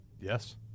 Yes